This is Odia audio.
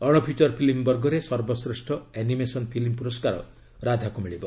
ଅଣ ଫିଚର ଫିଲ୍ମ ବର୍ଗରେ ସର୍ବଶ୍ରେଷ୍ଠ ଆନିମେସନ ଫିଲ୍ମ ପୁରସ୍କାର 'ରାଧା'କୁ ମିଳିବ